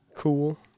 Cool